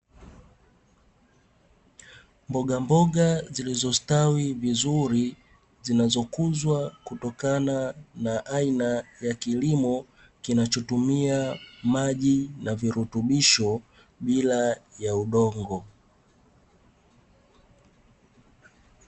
Mbogamboga zilizostawi vizuri zinazokuzwa, kutokana na aina ya kilimo kinacho tumia maji na virutubisho bila ya udongo.